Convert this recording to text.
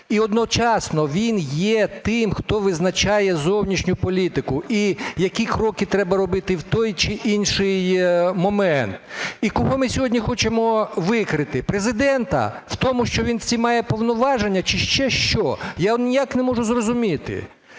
і одночасно він є тим, хто визначає зовнішню політику і які кроки треба робити в той чи інший момент. І кого ми сьогодні хочемо викрити – Президента в тому, що він всі має повноваження, чи ще що? Я от ніяк не можу зрозуміти.